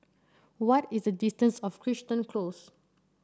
what is the distance of Crichton Close